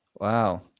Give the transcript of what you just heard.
wow